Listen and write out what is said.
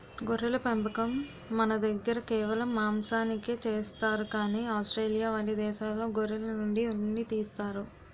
గొర్రెల పెంపకం మనదగ్గర కేవలం మాంసానికే చేస్తారు కానీ ఆస్ట్రేలియా వంటి దేశాల్లో గొర్రెల నుండి ఉన్ని తీస్తారు